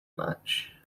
much